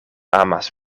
amas